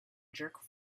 jerk